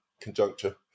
conjuncture